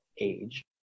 age